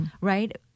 right